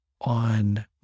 on